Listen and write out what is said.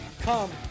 come